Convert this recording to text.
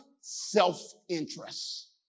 self-interest